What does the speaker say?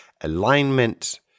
alignment